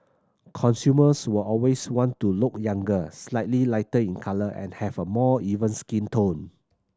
consumers will always want to look younger slightly lighter in colour and have a more even skin tone